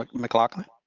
like mclaughlin?